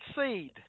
seed